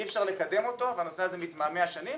אי אפשר לקדם אותו והנושא הזה מתמהמה שנים.